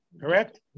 Correct